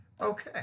Okay